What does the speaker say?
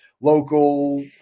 local